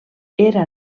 era